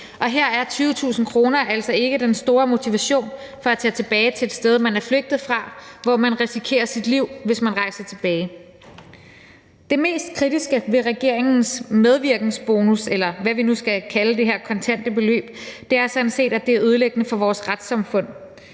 Og her er 20.000 kr. altså ikke den store motivation for at tage tilbage til et sted, man er flygtet fra, og hvor man risikerer sit liv, hvis man rejser tilbage. Det mest kritiske ved regeringens medvirkenbonus, eller hvad vi nu skal kalde det her kontante beløb, er sådan set, at det er ødelæggende for vores retssamfund.